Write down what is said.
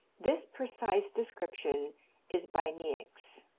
this precise description is by niecks.